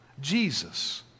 Jesus